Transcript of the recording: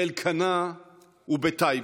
באלקנה ובטייבה.